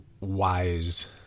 wise